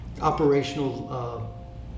operational